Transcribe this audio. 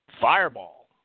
Fireball